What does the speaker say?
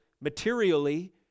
materially